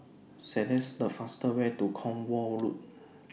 selects The fastest Way to Cornwall Road